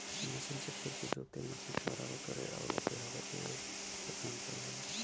machine से खेत के जोते, मट्टी के बराबर करे आउर ओके हवा देवे क काम करल जाला